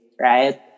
right